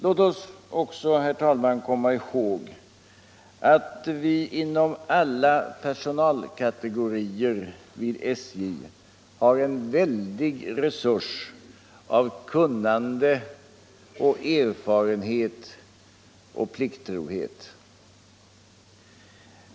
Låt oss också, herr talman, komma ihåg att vi inom alla personalkategorier hos SJ har en väldig resurs i form av kunnande, erfarenhet och plikttrohet.